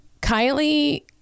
kylie